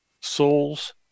souls